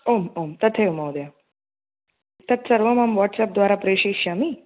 ओं ओं तथैव महोदय तत्सर्वं अहं वट्साप् द्वारा प्रेशयिष्यामि